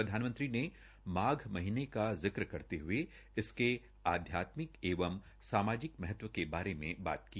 प्रधानमंत्री ने माघ महीने का जिक्र करते हये इसके आध्यात्मिक एवं सामाजिक महत्व के बारे में बात की